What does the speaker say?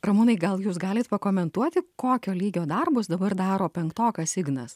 ramūnai gal jūs galit pakomentuoti kokio lygio darbus dabar daro penktokas ignas